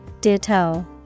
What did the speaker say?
Ditto